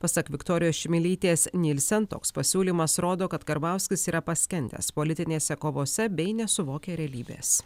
pasak viktorijos šmilytės nielsen toks pasiūlymas rodo kad karbauskis yra paskendęs politinėse kovose bei nesuvokia realybės